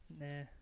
Nah